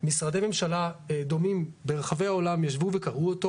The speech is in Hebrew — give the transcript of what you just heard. משרדי ממשלה דומים ברחבי העולם ישבו וקראו אותו.